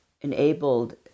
enabled